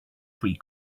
free